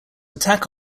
attack